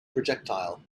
projectile